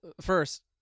first